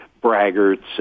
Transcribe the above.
braggarts